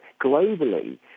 globally